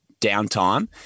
downtime